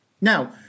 Now